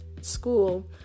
school